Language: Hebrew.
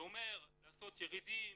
זה אומר לעשות ירידים,